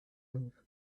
love